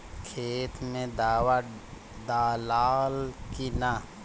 खेत मे दावा दालाल कि न?